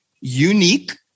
unique